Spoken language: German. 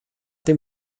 dem